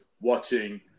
watching